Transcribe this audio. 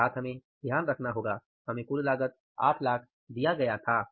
अर्थात हमें ध्यान रखना होगा हमें कुल लागत 800000 दिया गया था